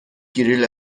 گریل